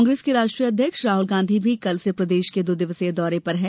कांग्रेस के राष्ट्रीय अध्यक्ष राहल गांधी भी कल से प्रदेश के दो दिवसीय दौरे पर हैं